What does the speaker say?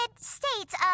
States